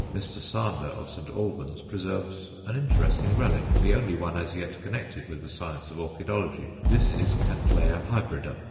mr. sander of st. albans preserves an interesting relic, the only one as yet connected with the science of orchidology. this is cattleya hybrida,